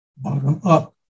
bottom-up